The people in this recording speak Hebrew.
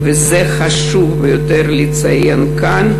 ואת זה חשוב ביותר לציין כאן,